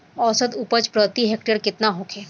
औसत उपज प्रति हेक्टेयर केतना होखे?